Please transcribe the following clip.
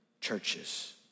churches